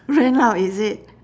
rent out is it